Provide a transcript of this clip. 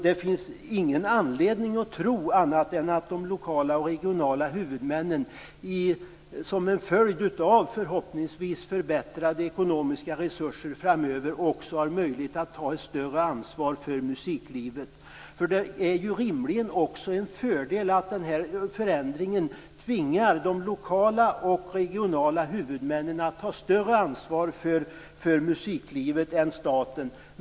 Det finns ingen anledning att tro annat än att de lokala och regionala huvudmännen som en följd av, förhoppningsvis, förbättrade ekonomiska resurser framöver också har möjlighet att ta ett större ansvar för musiklivet. Rimligen är det väl också en fördel att den här förändringen tvingar de lokala och regionala huvudmännen att ta ett större ansvar för musiklivet än staten.